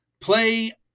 play